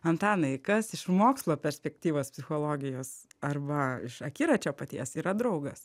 antanai kas iš mokslo perspektyvos psichologijos arba iš akiračio paties yra draugas